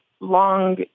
long